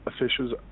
officials